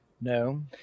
No